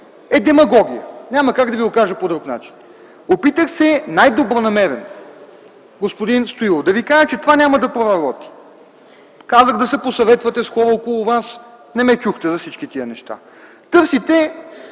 е демагогия. Няма как да Ви го кажа по друг начин. Опитах се най-добронамерено, господин Стоилов, да Ви кажа, че това няма да проработи, казах да се посъветвате с хора около Вас, не ме чухте за всички тези неща. Търсите